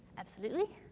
absolutely.